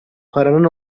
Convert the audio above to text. paranın